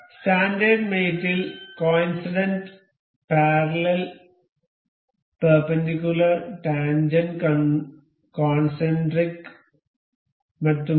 standard mate ൽ coincident parallel perpendicular tangent concentric മറ്റും ഉണ്ട്